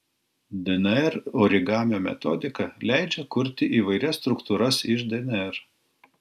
dnr origamio metodika leidžia kurti įvairias struktūras iš dnr